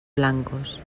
blancos